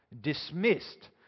dismissed